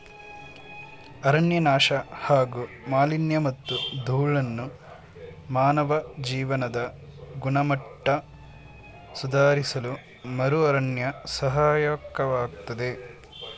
ಅರಣ್ಯನಾಶ ಹಾಗೂ ಮಾಲಿನ್ಯಮತ್ತು ಧೂಳನ್ನು ಮಾನವ ಜೀವನದ ಗುಣಮಟ್ಟ ಸುಧಾರಿಸಲುಮರುಅರಣ್ಯ ಸಹಾಯಕವಾಗ್ತದೆ